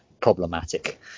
problematic